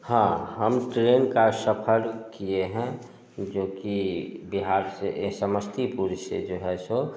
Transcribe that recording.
हाँ हम ट्रेन का सफर किए हैं जो कि बिहार से समस्तीपुर से जो है सो